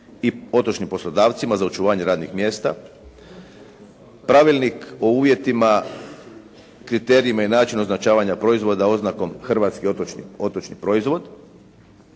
i otočnim poslodavcima za očuvanje radnih mjesta. Pravilnik o uvjetima, kriterijima i načinu označavanja proizvoda oznakom hrvatski otočni proizvod.